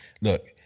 Look